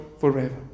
forever